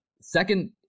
Second